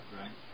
right